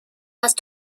است